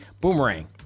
Boomerang